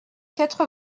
quatre